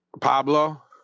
Pablo